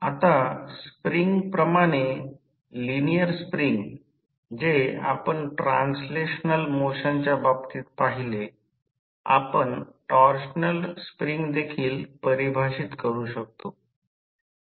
आता स्प्रिंग प्रमाणे linear spring जे आपण ट्रान्सलेशनल मोशनच्या बाबतीत पाहिले आपण टॉर्शनल स्प्रिंग देखील परिभाषित करू शकतो